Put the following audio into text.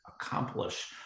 accomplish